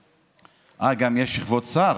אה, גם כבוד השר,